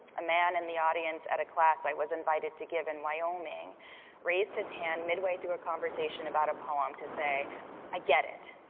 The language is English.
a man in the audience at a class i was invited to give in wyoming raised his hand midway through a conversation about a poem to say i get it.